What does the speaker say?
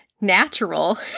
natural